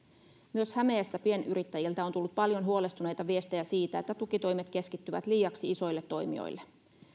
myös hämeessä pienyrittäjiltä on tullut paljon huolestuneita viestejä siitä että tukitoimet keskittyvät liiaksi isoille toimijoille